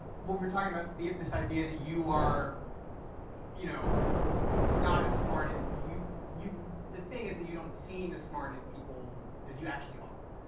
what we were talking about you get this idea that you are you know not as smart as you you the thing is that you don't seem as smart as people as you actually are.